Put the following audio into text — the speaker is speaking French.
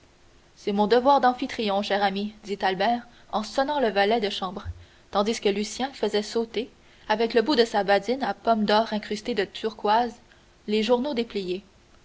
c'est mon devoir d'amphitryon cher ami dit albert en sonnant le valet de chambre tandis que lucien faisait sauter avec le bout de sa badine à pomme d'or incrustée de turquoise les journaux dépliés